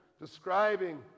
describing